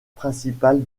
principale